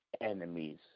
enemies